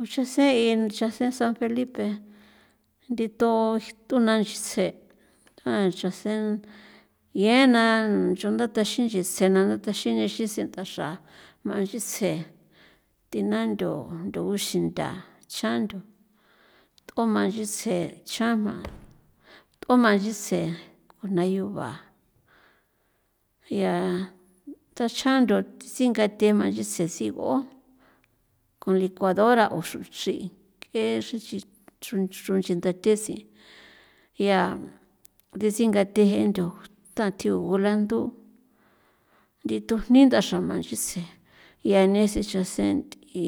Uxesein xasen san felipe nditho t'una nchitsje ndachasen yenan ncho ndataxi nchetsje na ndataxi nexen sen taxra jmanchitsje thina ntho ntho uxintha chjan ntho t'omanchitsje chjan jma t'omanchitsje ko jnayua ya tachjan ntho singathema sesig'o kon licuadora o xruchri ke xrin nch'i ruxindatesi ya resingathe je'e ndo ndathji gulandu nditujni ndaxra jma nchitsje ya nesen nchasen nth'i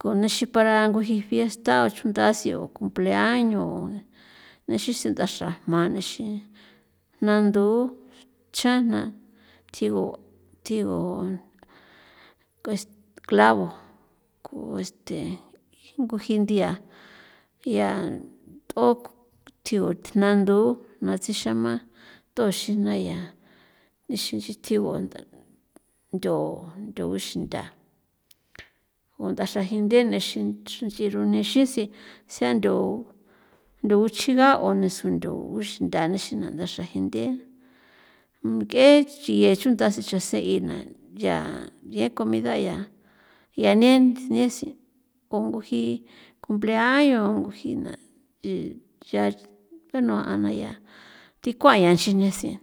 konixin parangui fiesta chondasi o c pleaños nixin si ndaxra jma nixin jnandu chajna thigu thigu kast clavo ku este ingujin nthia yan nt'o thigu jna ndu jna tsixema tuxin jna ya ixi itjigo nda ntho nthu xintha o ndaxra jinthe nexin chirrunexin si san ntho nthuchiga o ne sen nth uxintha nexin na ndaxra jinthe ng'e chiye chunda xan sengi na ya ye comida ya ya nen ne sin unguji compleaño jina iya anua'a na ya thi kuañaxin ne sen.